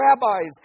Rabbis